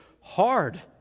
hard